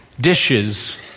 Dishes